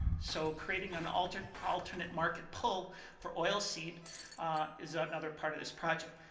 so creating an alternate alternate market pull for oil seed is another part of this project.